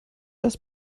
das